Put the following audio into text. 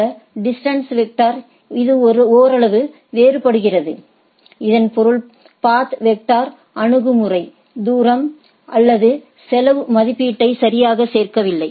இந்த டிஸ்டன்ஸ் வெக்டரிலிருந்து இது ஓரளவு வேறுபடுகிறது இதன் பொருள் பாத் வெக்டர் அணுகுமுறை தூரம் அல்லது செலவு மதிப்பீட்டை சரியாக சேர்க்கவில்லை